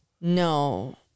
No